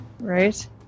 Right